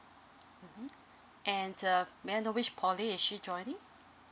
mmhmm and uh may I know which poly is she joining